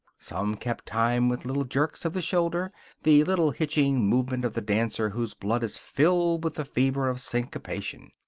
some kept time with little jerks of the shoulder the little hitching movement of the dancer whose blood is filled with the fever of syncopation.